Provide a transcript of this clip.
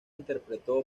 interpretó